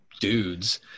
dudes